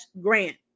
grant